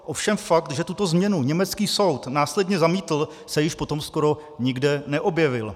Ovšem fakt, že tuto změnu německý soud následně zamítl, se již potom skoro nikde neobjevil.